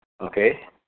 okay